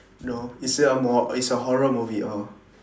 no is it a mo~ it's a horror movie oh